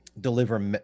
deliver